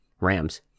Rams